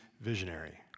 visionary